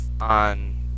on